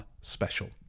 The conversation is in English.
special